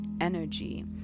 energy